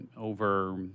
over